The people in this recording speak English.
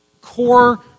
core